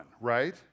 right